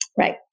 Right